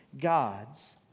God's